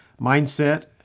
mindset